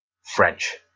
French